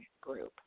group